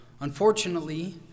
Unfortunately